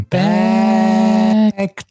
back